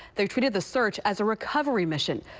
they treated the search as a recovery mission,